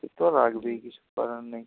সে তো বেই কিছু করার নেই